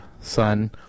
Son